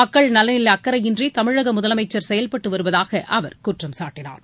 மக்கள் நலனில் அக்கறையின்றி தமிழக முதலமைச்சர் செயல்பட்டு வருவதாக அவர் குற்றம் சாட்டினார்